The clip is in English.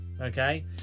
Okay